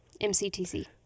MCTC